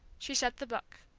she shut the book.